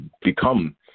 become